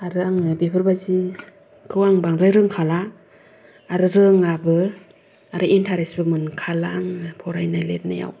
आरो आङो बेफोर बायदिखौ आं बांद्राय रोंखाला आरो रोङाबो आरो इन्ट्रेस्टबो मोनखाला आङो फरायनाय लिरनायाव